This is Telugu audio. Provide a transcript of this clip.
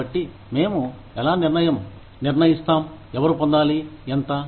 కాబట్టి మేము ఎలా నిర్ణయం నిర్ణయిస్తాం ఎవరు పొందాలి ఎంత